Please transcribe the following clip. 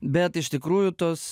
bet iš tikrųjų tos